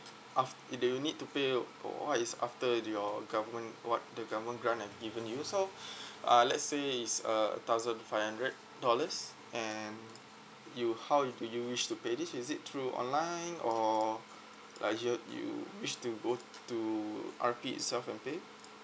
af~ you need to pay what is after your government what the government grant have given you so ah let's say it's uh thousand five hundred dollars and you how do you wish to pay this is it through online or uh you wish to go to R_P itself to pay